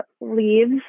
leaves